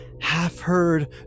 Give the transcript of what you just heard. half-heard